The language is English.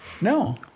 No